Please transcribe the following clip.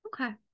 Okay